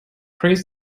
prays